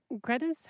Greta's